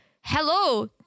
hello